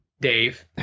Dave